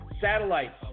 Satellites